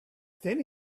then